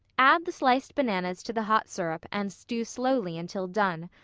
add the sliced bananas to the hot syrup and stew slowly until done.